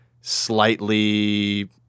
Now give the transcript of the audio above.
slightly